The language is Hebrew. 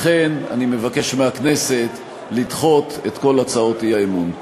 לכן אני מבקש מהכנסת לדחות את כל הצעות האי-אמון.